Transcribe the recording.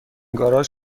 گاراژ